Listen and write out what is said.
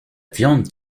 viande